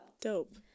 Dope